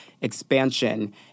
expansion